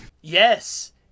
Yes